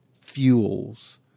fuels